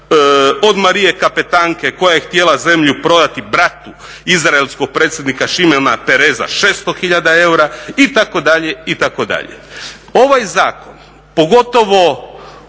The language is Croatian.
od Marije Kapetanke koja je htjela zemlju prodati bratu izraelskog predsjednika Shimona Peresa 600 tisuća eura itd., itd. Ovaj zakon pogotovo